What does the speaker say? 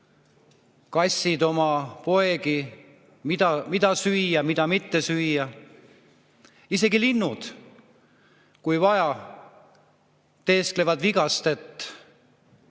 kassid oma poegi, mida süüa ja mida mitte süüa. Isegi linnud, kui vaja, teesklevad vigast, et ohtu